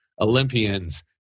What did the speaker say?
Olympians